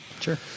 sure